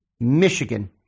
Michigan